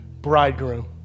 bridegroom